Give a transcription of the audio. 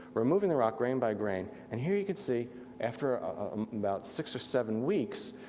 removing the rock grain by grain. and here you can see after about six or seven weeks,